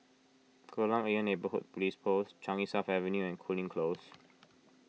Kolam Ayer Neighbourhood Police Post Changi South Avenue and Cooling Close